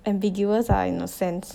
ambiguous ah in a sense